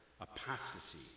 apostasy